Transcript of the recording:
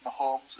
Mahomes